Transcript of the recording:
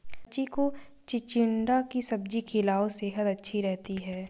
बच्ची को चिचिण्डा की सब्जी खिलाओ, सेहद अच्छी रहती है